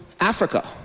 Africa